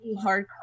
hard